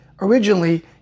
originally